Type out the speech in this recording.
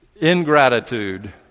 ingratitude